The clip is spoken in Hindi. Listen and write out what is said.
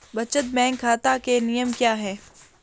बचत बैंक खाता के नियम क्या हैं?